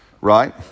right